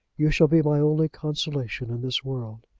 you shall be my only consolation in this world.